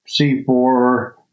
C4